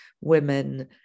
women